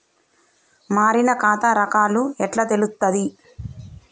మారిన ఖాతా రకాలు ఎట్లా తెలుత్తది?